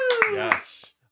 Yes